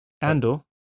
Andor